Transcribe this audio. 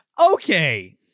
Okay